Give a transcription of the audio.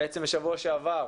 בשבוע שעבר,